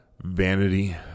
Vanity